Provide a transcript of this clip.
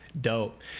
Dope